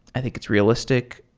i think it's realistic.